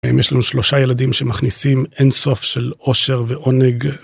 אם יש לנו שלושה ילדים שמכניסים אינסוף של אושר ועונג.